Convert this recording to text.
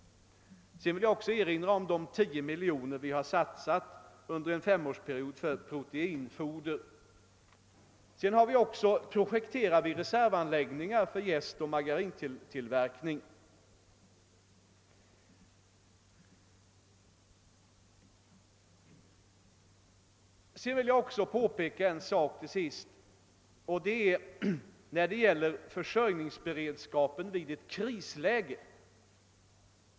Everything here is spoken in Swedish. Jag vill vidare erinra om de 10 milj.kr. vi satsat under en femårsperiod på proteinfoder. Vi projekterar vidare reservanläggningar för jästoch margarintillverkning. Jag vill till sist göra ett påpekande beträffande försörjningsberedskapen inför ett krisläge.